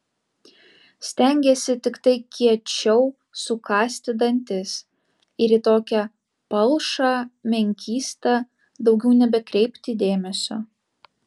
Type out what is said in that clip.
stengiesi tiktai kiečiau sukąsti dantis ir į tokią palšą menkystą daugiau nebekreipti dėmesio